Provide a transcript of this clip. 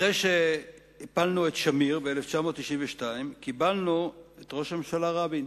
אחרי שהפלנו את שמיר ב-1992 קיבלנו את ראש הממשלה רבין